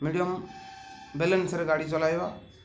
medium ବାଲାନ୍ସରେ ଗାଡ଼ି ଚଲାଇବା